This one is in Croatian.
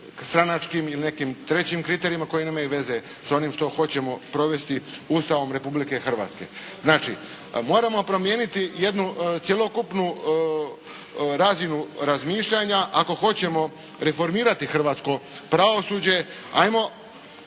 stranačkim ili nekim trećim kriterijima koji nemaju veze sa onim što hoćemo provesti Ustavom Republike Hrvatske. Znači, moramo promijeniti jednu cjelokupnu razinu razmišljanja ako hoćemo reformirati hrvatsko pravosuđe. Ajmo